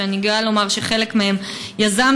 שאני גאה לומר שחלק מהם יזמתי,